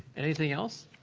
anything else?